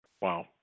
Wow